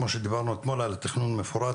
כמו שדיברנו אתמול על תכנון מפורט,